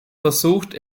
versucht